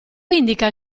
indica